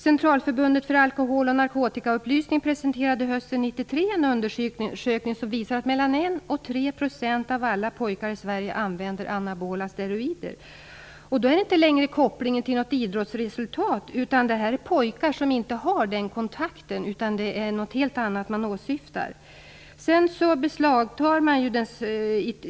Centralförbundet för alkohol och narkotikaupplysning presenterade hösten 1993 en undersökning som visar att 1-3 % av alla pojkar i Sverige använder anabola steroider. Då är det inte längre kopplat till något idrottsresultat. Detta är pojkar som inte har den kontakten. Det är något helt annat man åsyftar.